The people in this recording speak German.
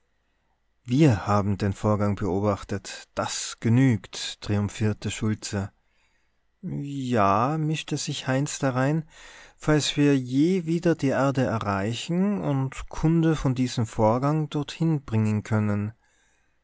wir haben den vorgang beobachtet das genügt triumphierte schultze ja mischte sich heinz darein falls wir je wieder die erde erreichen und kunde von diesem vorgang dorthin bringen können